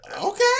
Okay